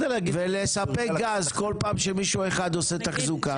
ולספק גז כל פעם שמישהו אחד עושה תחזוקה